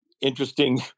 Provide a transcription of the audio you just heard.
interesting